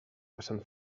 passant